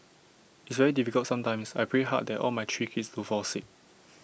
it's very difficult sometimes I pray hard that all my three kids don't fall sick